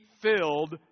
filled